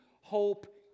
hope